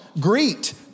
greet